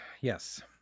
Yes